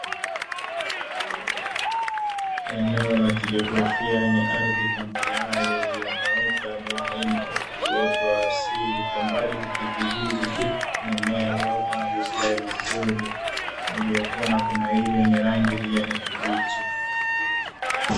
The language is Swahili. Eneo la kijiografia lenye ardhi tambarare iliyonyooka ambayo haina uoto wa asili, kwa mbali kukidhihiri mimea iliyoota na kustawi vizuri, iliyokua na kunawiri yenye rangi ya kijani kibichi.